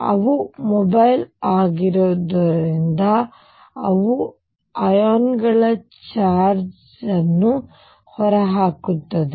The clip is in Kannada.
ಅವು ಮೊಬೈಲ್ ಆಗಿರುವುದರಿಂದ ಅವು ಅಯಾನುಗಳ ಚಾರ್ಜ್ ಅನ್ನು ಹೊರಹಾಕುತ್ತಾರೆ